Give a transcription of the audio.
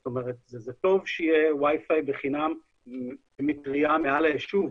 זאת אומרת זה טוב שיהיה wi-fi בחינם עם מטרייה מעל היישוב,